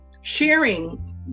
sharing